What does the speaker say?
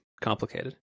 complicated